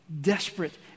desperate